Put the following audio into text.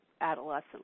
adolescent